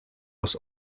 was